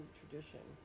tradition